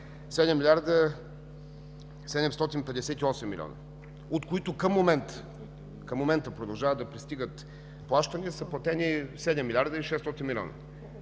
758 милиона, от които към момента продължават да пристигат плащания и са платени 7 млрд.